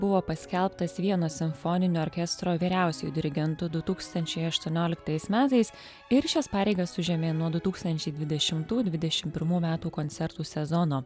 buvo paskelbtas vienos simfoninio orkestro vyriausiuoju dirigentu du tūkstančiai aštuonioliktais metais ir šias pareigas užėmė nuo du tūkstančiai dvidešimtų dvidešim pirmų metų koncertų sezono